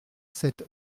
sept